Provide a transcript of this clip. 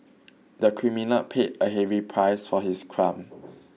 the criminal paid a heavy price for his crime